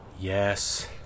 Yes